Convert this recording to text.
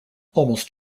almost